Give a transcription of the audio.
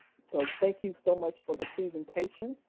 so thank you so much for the presentation.